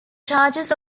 charges